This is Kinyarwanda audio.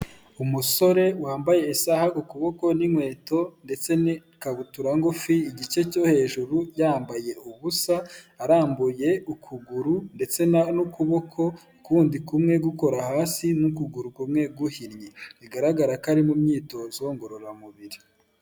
Umusore wambaye isaha ku kuboko n'inkweto ndetse n'ikabutura ngufi, igice cyo hejuru yambaye ubusa, arambuye ukuguru ndetse n'ukuboko kundi kumwe gukora hasi n'ukuguru kumwe guhinnye, bigaragara ko ari mu myitozo ngororamubiri.